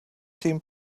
team